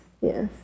yes